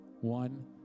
One